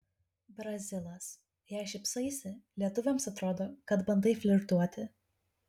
brazilas jei šypsaisi lietuvėms atrodo kad bandai flirtuoti